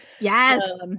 Yes